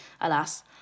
alas